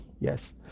yes